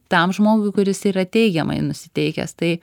tam žmogui kuris yra teigiamai nusiteikęs tai